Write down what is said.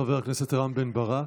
חבר הכנסת רם בן ברק,